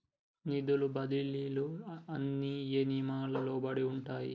నిధుల బదిలీలు అన్ని ఏ నియామకానికి లోబడి ఉంటాయి?